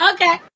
Okay